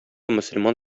мөселман